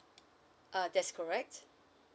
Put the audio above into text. uh that's correct